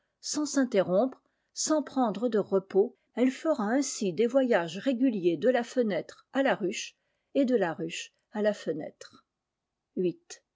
sans s'interrompre sans prendre de repos elle fera ainsi des voyages réguliers de la fenêtre à la ruche et de la ruche à la